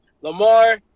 Lamar